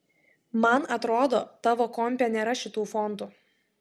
man atrodo tavo kompe nėra šitų fontų